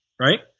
right